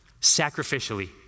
Sacrificially